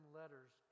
letters